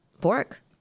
pork